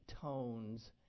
Tones